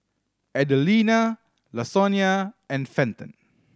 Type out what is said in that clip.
Adelina Lasonya and Fenton